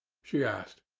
she asked.